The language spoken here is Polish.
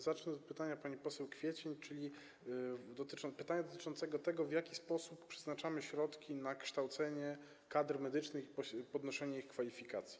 Zacznę od pytania pani poseł Kwiecień, czyli pytania dotyczącego tego, w jaki sposób przeznaczamy środki na kształcenie kadr medycznych, podnoszenie ich kwalifikacji.